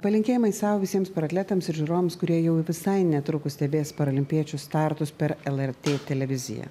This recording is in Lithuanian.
palinkėjimai sau visiems paratletams ir žiūrovams kurie jau visai netrukus stebės paralimpiečių startus per lrt televiziją